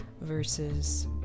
versus